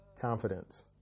Confidence